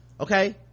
Okay